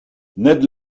ned